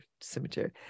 cemetery